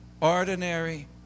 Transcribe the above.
ordinary